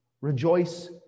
Rejoice